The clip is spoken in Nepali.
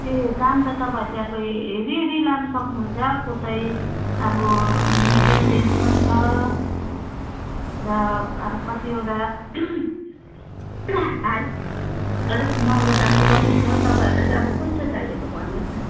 ए दाम त तपाईँहरूले अब हेरी हेरी लानु सक्नुहुन्छ कसै अब मिडियम रेन्जमा नि छ त्यहाँबाट अब कतिओटा हाई अलिक महँगो दामको पनि छ तपाईँहरूलाई चाहिँ अब कस्तो चाहिएको भन्नुहोस् न